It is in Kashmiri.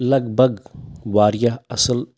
لگ بگ واریاہ اَصٕل